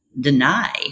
deny